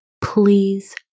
please